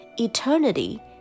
Eternity